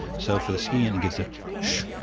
so for the skiing, and it gives a sshh,